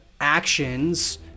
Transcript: actions